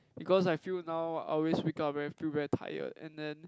because I feel now I always wake up very feel very tired and then